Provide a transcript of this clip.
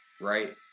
right